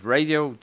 Radio